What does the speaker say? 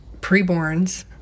pre-borns